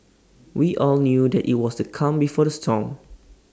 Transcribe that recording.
we all knew that IT was the calm before the storm